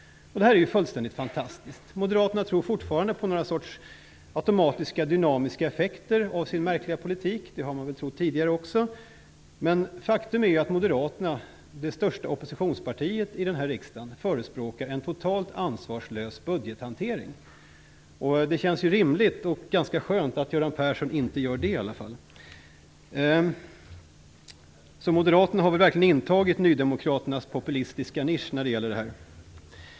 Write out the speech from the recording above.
Det här är fullständigt fantastiskt. Moderaterna tror fortfarande på några automatiska dynamiska effekter av sin märkliga politik. Det har man väl trott på tidigare också, men faktum är ju att moderaterna, det största oppositionspartiet här i riksdagen, förespråkar en totalt ansvarslös budgethantering. Det känns rimligt och ganska skönt att Göran Persson inte gör det i alla fall. Här har moderaterna ju verkligen intagit nydemokraternas populistiska nisch.